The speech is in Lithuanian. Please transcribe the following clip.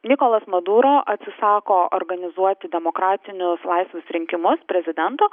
nikolas maduro atsisako organizuoti demokratinius laisvus rinkimus prezidento